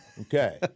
Okay